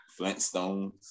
Flintstones